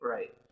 Right